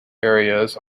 areas